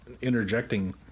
interjecting